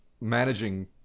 managing